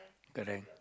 correct